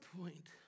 point